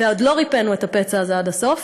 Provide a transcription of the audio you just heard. ועוד לא ריפאנו את הפצע הזה עד הסוף,